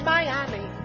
Miami